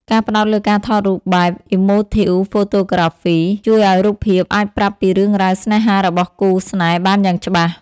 ការផ្ដោតលើការថតរូបបែប Emotive Photography ជួយឱ្យរូបភាពអាចប្រាប់ពីរឿងរ៉ាវស្នេហារបស់គូស្នេហ៍បានយ៉ាងច្បាស់។